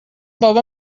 بابا